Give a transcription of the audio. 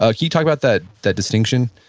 ah you talk about that that distinction?